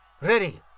Ready